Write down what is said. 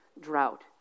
drought